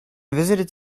visited